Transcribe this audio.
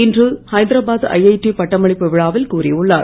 இன்று ஹைதராபாத் ஐடி பட்டமளிப்பு விழாவில் கூறியுள்ளார்